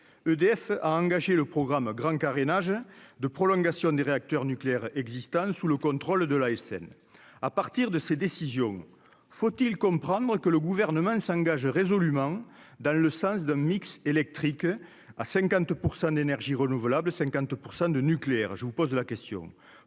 EDF a engagé le programme grand carénage de prolongation des réacteurs nucléaires existants sous le contrôle de l'ASN, à partir de ces décisions, faut-il comprendre que le gouvernement s'engage résolument dans le sens de mix électrique à 50 % d'énergies renouvelables 50 % de nucléaire,